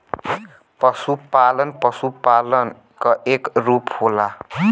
पसुपालन पसुपालन क एक रूप होला